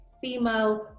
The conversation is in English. female